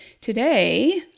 today